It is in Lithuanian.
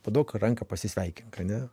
paduok ranką pasisveikink ane